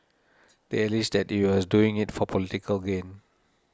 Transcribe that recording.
they alleged that he was doing it for political gain